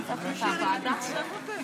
חברי כנסת נכבדים,